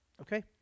Okay